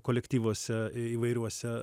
kolektyvuose įvairiuose